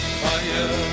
fire